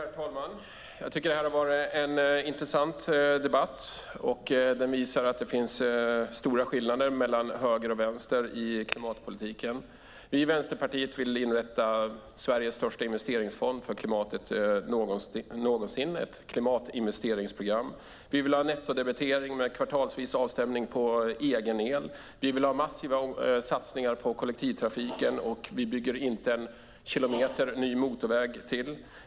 Herr talman! Det här har varit en intressant debatt. Den visar att det finns stora skillnader mellan höger och vänster i klimatpolitiken. Vi i Vänsterpartiet vill inrätta Sveriges största investeringsfond för klimatet någonsin, ett klimatinvesteringsprogram. Vi vill ha nettodebitering med kvartalsvis avstämning på egen el, vi vill ha massiva satsningar på kollektivtrafiken, och vi bygger inte en kilometer ny motorväg.